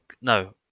No